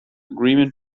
agreement